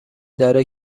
داره